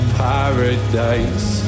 paradise